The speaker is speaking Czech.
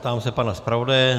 Ptám se pana zpravodaje.